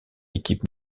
équipe